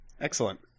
Excellent